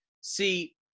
See